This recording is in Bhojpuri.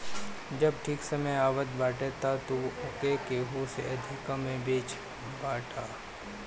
जब ठीक समय आवत बाटे तअ तू ओके एहू से अधिका में बेचत बाटअ